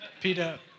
Peter